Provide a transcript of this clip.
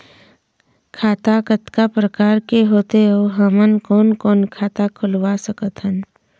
खाता कतका प्रकार के होथे अऊ हमन कोन कोन खाता खुलवा सकत हन?